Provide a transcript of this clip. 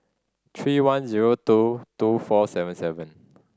three one zero two two four seven seven